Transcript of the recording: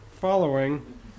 following